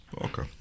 Okay